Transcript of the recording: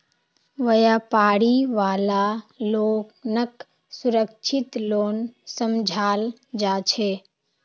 व्यापारी वाला लोनक सुरक्षित लोन समझाल जा छे